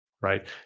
Right